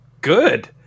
good